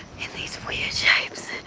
in these weird shapes